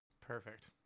perfect